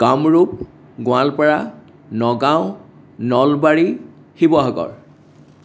Kamrup Goalpara Nagaon Nalbari Sivasagar